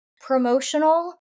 promotional